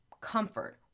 comfort